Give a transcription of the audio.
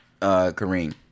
Kareem